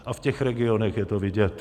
A v těch regionech je to vidět.